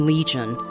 Legion